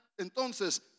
entonces